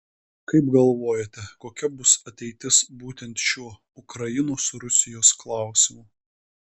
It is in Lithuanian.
kaip galvojate kokia bus ateitis būtent šiuo ukrainos rusijos klausimu